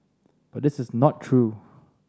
but this is not true